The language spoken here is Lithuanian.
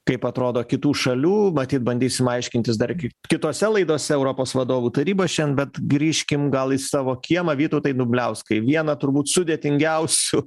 kaip atrodo kitų šalių matyt bandysim aiškintis dar kitose laidose europos vadovų taryba šian bet grįžkim gal į savo kiemą vytautai dumbliauskai vieną turbūt sudėtingiausių